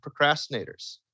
procrastinators